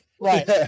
Right